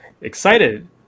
excited